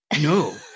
No